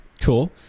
cool